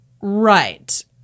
Right